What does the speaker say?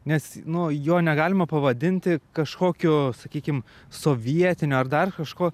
nes nu jo negalima pavadinti kažkokių sakykim sovietinio ar dar kažko